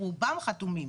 רובם חתומים,